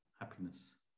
happiness